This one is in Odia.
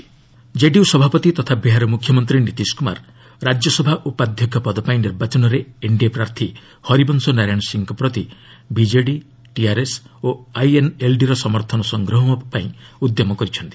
ନୀତିଶ୍ ସପୋର୍ଟ ଜେଡିୟୁ ସଭାପତି ତଥା ବିହାର ମୁଖ୍ୟମନ୍ତ୍ରୀ ନୀତିଶ କୁମାର ରାଜ୍ୟସଭା ଉପାଧ୍ୟକ୍ଷ ପଦପାଇଁ ନିର୍ବାଚନରେ ଏନ୍ଡିଏ ପ୍ରାର୍ଥୀ ହରିବଂଶ ନାରାୟଣ ସିଂଙ୍କ ପ୍ରତି ବିଜେଡି ଟିଆର୍ଏସ୍ ଓ ଆଇଏନ୍ଏଲ୍ଡିର ସମର୍ଥନ ସଂଗ୍ରହ ପାଇଁ ଉଦ୍ୟମ କରିଛନ୍ତି